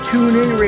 TuneIn